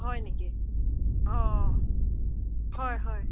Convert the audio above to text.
হয় নেকি অঁ হয় হয়